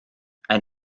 ein